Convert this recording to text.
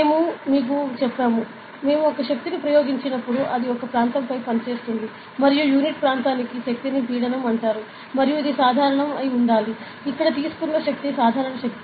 మేము మీకు చెప్పాము మేము ఒక శక్తిని ప్రయోగించినప్పుడు అది ఒక ప్రాంతంపై పనిచేస్తుంది మరియు యూనిట్ ప్రాంతానికి శక్తిని పీడనం అంటారు మరియు ఇది సాధారణం అయి ఉండాలి ఇక్కడ తీసుకున్న శక్తి సాధారణ శక్తి